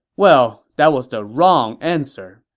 well, that was the wrong answer,